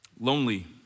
Lonely